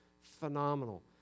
phenomenal